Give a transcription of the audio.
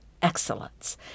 excellence